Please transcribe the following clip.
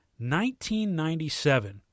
1997